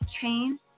Change